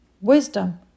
Wisdom